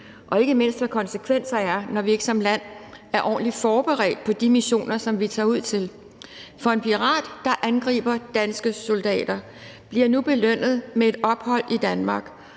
og ikke mindst, hvad konsekvenserne er, når vi ikke som land er ordentligt forberedt på de missioner, som vi tager ud til. For en pirat, der angriber danske soldater, bliver nu belønnet med et ophold i Danmark,